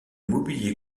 mobilier